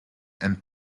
and